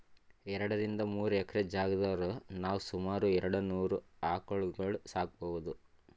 ಎರಡರಿಂದ್ ಮೂರ್ ಎಕ್ರೆ ಜಾಗ್ದಾಗ್ ನಾವ್ ಸುಮಾರ್ ಎರಡನೂರ್ ಆಕಳ್ಗೊಳ್ ಸಾಕೋಬಹುದ್